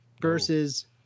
versus